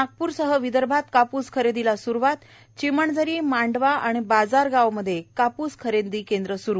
नागप्रसह विदर्भात काप्स खरेदीला सुरुवात चिमनजरी मांडवा आणि बाजारगाव मध्ये काप्स खरेदी केंद्र स्रू